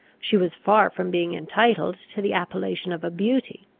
she was far from being entitled to the appellation of a beauty.